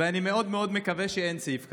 ואני מאוד מאוד מקווה שאין סעיף כזה,